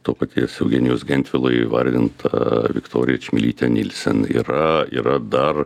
to paties eugenijaus gentvilo įvardinta viktorija čmilytė nylsen yra yra dar